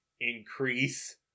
increase